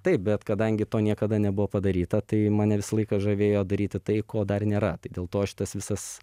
taip bet kadangi to niekada nebuvo padaryta tai mane visą laiką žavėjo daryti tai ko dar nėra tai dėl to šitas visas